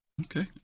Okay